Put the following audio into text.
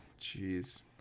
jeez